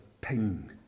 ping